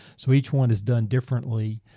so each one is done differently,